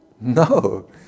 No